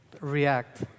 react